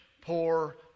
poor